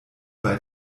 bei